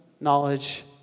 knowledge